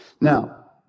Now